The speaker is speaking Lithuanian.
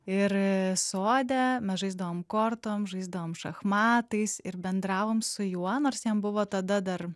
ir sode mes žaisdavom kortom žaisdavome šachmatais ir bendravom su juo nors jam buvo tada dar